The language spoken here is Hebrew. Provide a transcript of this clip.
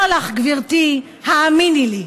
אומר לך, גברתי: האמיני לי,